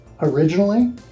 originally